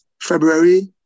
February